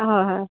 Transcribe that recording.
হয় হয়